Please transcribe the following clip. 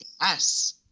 Yes